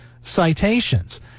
citations